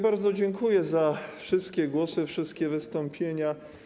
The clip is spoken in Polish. Bardzo dziękuję za wszystkie głosy, wszystkie wystąpienia.